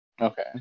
Okay